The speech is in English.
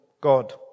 God